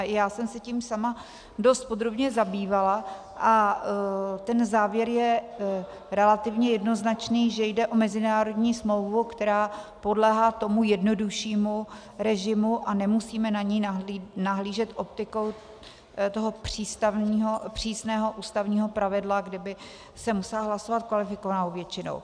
Já jsem se tím sama dost podrobně zabývala a ten závěr je relativně jednoznačný, že jde o mezinárodní smlouvu, která podléhá tomu jednoduššímu režimu, a nemusíme na ni nahlížet optikou toho přísného ústavního pravidla, kdy by se musela hlasovat kvalifikovanou většinou.